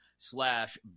slash